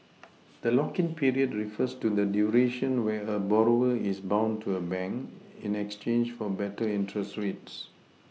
the lock in period refers to the duration where a borrower is bound to a bank in exchange for better interest rates